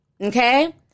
Okay